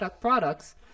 products